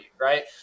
right